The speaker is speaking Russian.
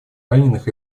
раненых